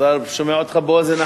השר שומע אותך באוזן אחת.